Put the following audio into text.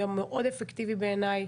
יום מאוד אפקטיבי בעיניי.